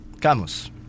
Camus